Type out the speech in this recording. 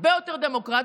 הרבה יותר דמוקרטי,